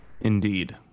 indeed